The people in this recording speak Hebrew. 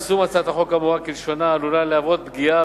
יישום הצעת החוק האמורה כלשונה עלול להוות פגיעה